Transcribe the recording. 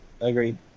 Agreed